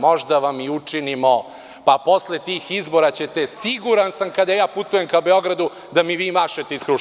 Možda vam i učinimo, pa posle tih izbora ćete, siguran sam, kada ja putujem ka Beogradu, da mi vi mašete iz Kruševca.